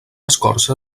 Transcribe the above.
escorça